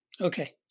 Okay